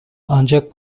ancak